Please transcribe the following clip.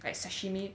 like sashimi